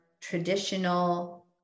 traditional